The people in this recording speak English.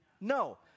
No